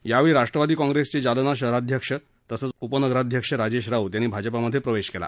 यावेळी राष्ट्रवादी काँग्रेसचे जालना शहराध्यक्ष तसंच उपनगराध्यक्ष राजेश राऊत यांनी भाजपामध्ये प्रवेश केला